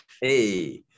Hey